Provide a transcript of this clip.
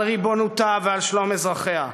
על ריבונותה ועל שלום אזרחיה.